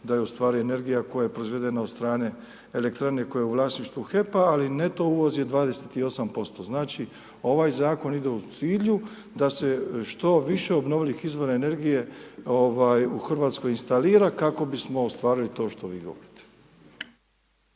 da je ustvari energija koja je proizvedena od strane elektrane koja u vlasništvu HEP-a ali neto uvoz je 28%. Znači ovaj zakon ide u cilju da se što više obnovljivih izvora energije u Hrvatskoj instalira kako bismo ostvarili to što vi govorite.